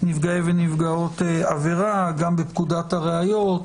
נפגעי ונפגעות עבירה, גם בפקודת הראיות.